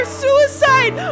suicide